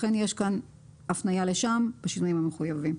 לכן יש כאן הפניה לשם בשינויים המחויבים.